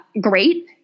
great